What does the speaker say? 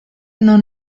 non